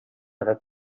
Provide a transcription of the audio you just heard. edat